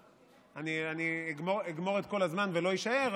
אני אגמור את כל הזמן ולא יישאר,